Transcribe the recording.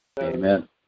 Amen